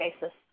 basis